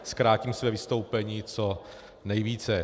Zkrátím své vystoupení co nejvíce.